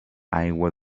aigua